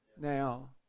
Now